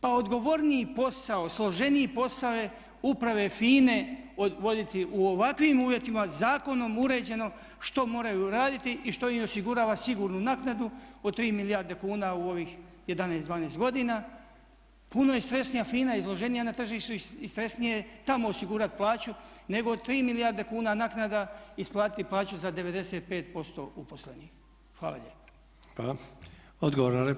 Pa odgovorniji posao, složeniji posao je upravo FINA-e od voditi u ovakvim uvjetima zakonom uređeno što moraju raditi i što im osigurava sigurnu naknadu od 3 milijarde kuna u ovih 11, 12 godina, puno je stresnija FINA izloženija na tržištu i stresnije je tamo osigurati plaću nego od 3 milijarde kuna naknada isplatiti plaću za 95% uposlenih.